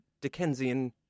Dickensian